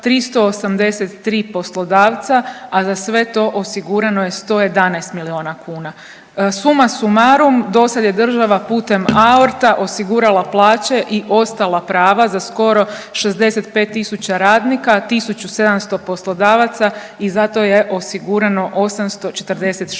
383 poslodavca, a za sve to osigurano je 113 milijuna kuna. Suma sumarum, dosad je država putem AORT-a osigurala plaće i ostala prava za skoro 65 tisuća radnika, 1700 poslodavaca i zato je osigurano 846